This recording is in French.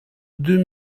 deux